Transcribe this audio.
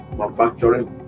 manufacturing